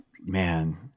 man